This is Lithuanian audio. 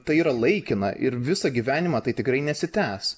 tai yra laikina ir visą gyvenimą tai tikrai nesitęs